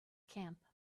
camp